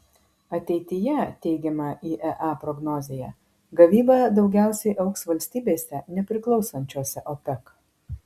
ateityje teigiama iea prognozėje gavyba daugiausiai augs valstybėse nepriklausančiose opec